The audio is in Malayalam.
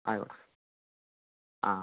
ആയിക്കോട്ടെ ആ